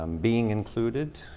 um being included.